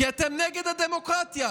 כי אתם נגד הדמוקרטיה,